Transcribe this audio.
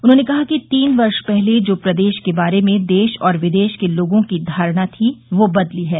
उन्होंने कहा कि तीन वर्ष पहले जो प्रदेश के बारे में देश और विदेश में लोगों की धारणा थी वह बदली है